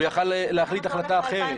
הוא יכל להחליט החלטה אחרת.